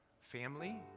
family